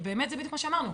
וזה בדיוק מה שאמרנו.